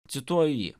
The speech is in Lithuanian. cituoju jį